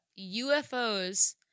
UFOs